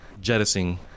jettisoning